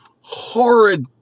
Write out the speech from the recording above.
horrid